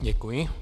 Děkuji.